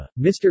Mr